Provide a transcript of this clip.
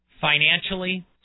financially